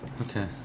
Okay